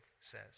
says